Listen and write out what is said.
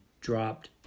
dropped